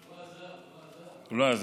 הוא לא עזב, הוא לא עזב.